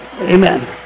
Amen